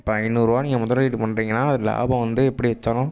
இப்போ ஐந்நூறுபா நீங்கள் முதலீடு பண்ணுறீங்கன்னா அது லாபம் வந்து எப்படி வைச்சாலும்